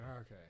okay